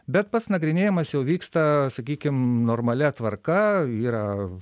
bet pats nagrinėjamas jau vyksta sakykim normalia tvarka yra